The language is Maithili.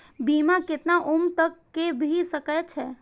बीमा केतना उम्र तक के भे सके छै?